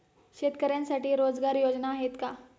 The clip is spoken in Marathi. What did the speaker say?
शेतकऱ्यांसाठी रोजगार योजना आहेत का?